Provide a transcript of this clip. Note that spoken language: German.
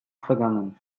vergangen